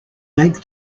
make